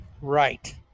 right